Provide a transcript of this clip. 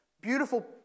beautiful